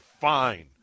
fine